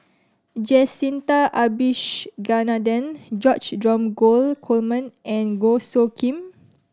Jacintha Abisheganaden George Dromgold Coleman and Goh Soo Khim